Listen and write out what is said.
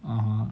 (uh huh)